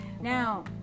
Now